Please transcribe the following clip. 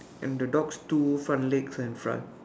and the dog's two front legs in front